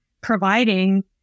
providing